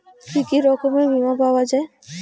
কি কি রকমের বিমা পাওয়া য়ায়?